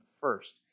first